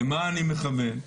למה אני מכוון?